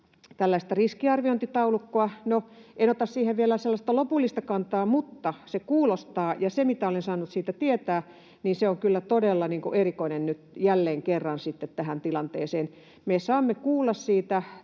tällaista riskiarviointitaulukkoa. No, en ota siihen vielä sellaista lopullista kantaa, mutta se kuulostaa — se, mitä olen saanut siitä tietää — kyllä todella erikoiselta nyt jälleen kerran tähän tilanteeseen. Me saamme kuulla siitä